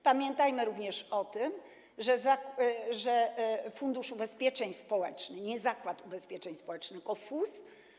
Pamiętajmy również o tym, że Fundusz Ubezpieczeń Społecznych, nie Zakład Ubezpieczeń Społecznych, tylko FUS.